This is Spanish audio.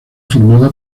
formada